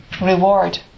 reward